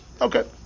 Okay